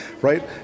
right